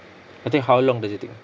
I think how long does it take